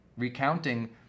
recounting